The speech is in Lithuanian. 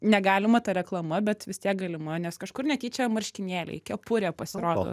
negalima ta reklama bet vis tiek galima nes kažkur netyčia marškinėliai kepurė pasirodo